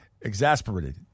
exasperated